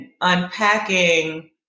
unpacking